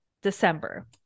December